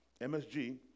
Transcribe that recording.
MSG